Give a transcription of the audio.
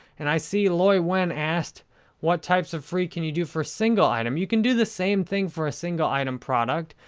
and i see loy winn asked what types of free can you do for a single item? you can do the same thing for a single item product.